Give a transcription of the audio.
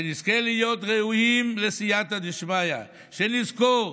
שנזכה להיות ראויים לסייעתא דשמיא, שנזכור